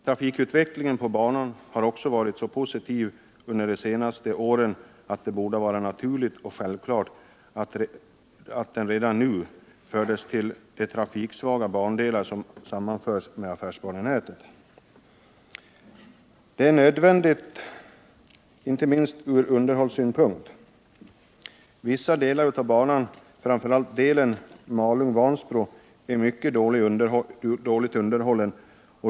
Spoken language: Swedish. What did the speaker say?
Trafikutvecklingen på banan har också varit så positiv under de senaste åren att det borde vara naturligt och självklart att den redan nu hörde till de trafiksvaga bandelar som sammanförs med affärsbanenätet. Detta är nödvändigt, inte minst ur underhållssynpunkt. Vissa delar av banan, framför allt delen Malung-Vansbro, är nu mycket dåligt underhållna.